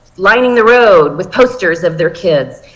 lining the road with posters of their kids.